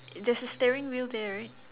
there's a steering wheel there right